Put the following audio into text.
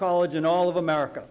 college in all of america